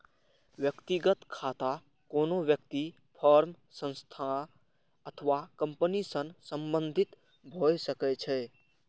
व्यक्तिगत खाता कोनो व्यक्ति, फर्म, संस्था अथवा कंपनी सं संबंधित भए सकै छै